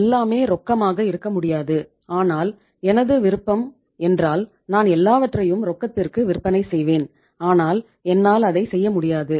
எல்லாமே ரொக்கமாக இருக்க முடியாது ஆனால் எனது விருப்பம் என்றால் நான் எல்லாவற்றையும் ரொக்கத்திற்கு விற்பனை செய்வேன் ஆனால் என்னால் அதை செய்ய முடியாது